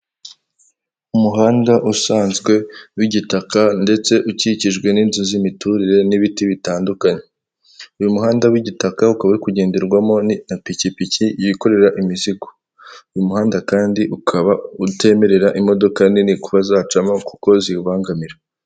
Umuhanda usanzwe w'igitaka ndetse ukikijwe n'inzu z'imiturire n'ibiti bitandukanye, uyu muhanda w'igitaka ukaba uri kugenderwamo na pikipiki yikorera imizigo. Uyu muhanda kandi ukaba utemerera imodoka nini kuba zacamo kuko ziwubangamira.